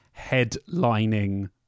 headlining